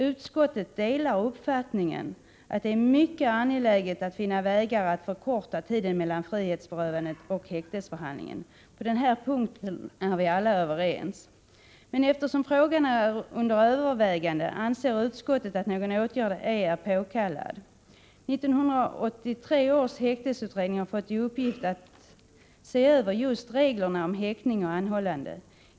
Utskottet delar uppfattningen att det är mycket angeläget att finna vägar att förkorta tiden mellan frihetsberövandet och häktesförhandlingen. På denna punkt är vi helt överens. 1983 års häktesutredning har fått i uppgift att se över just reglerna om häktning och anhållande.